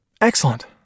Excellent